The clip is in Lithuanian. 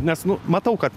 nes nu matau kad